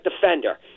defender